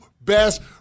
best